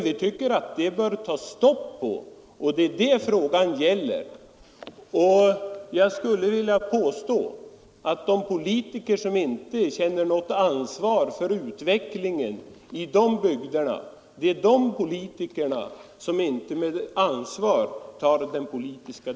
Vi tycker att det skall sättas stopp för det, och det är det frågan gäller. Jag skulle vilja påstå att det är de politiker som inte känner något ansvar för utvecklingen i de bygder som för den politiska debatten utan ansvar.